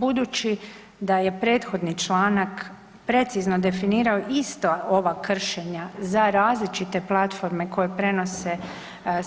Budući da je prethodni članak precizno definirao ista ova kršenja za različite platforme koje prenose